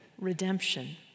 Redemption